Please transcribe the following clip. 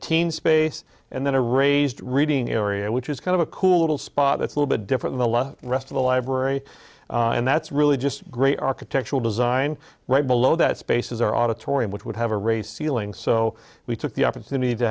team space and then a raised reading area which is kind of a cool little spot a little bit different a lot of rest of the library and that's really just great architectural design right below that spaces or auditorium which would have a race ceiling so we took the opportunity to